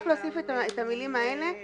רק להוסיף את המילים האלה בינתיים.